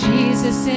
Jesus